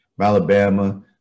Alabama